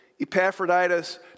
Epaphroditus